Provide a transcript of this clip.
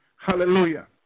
Hallelujah